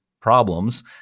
problems